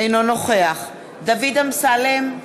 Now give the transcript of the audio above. אינו נוכח דוד אמסלם,